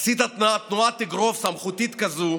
עשית תנועת אגרוף סמכותית כזאת,